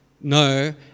no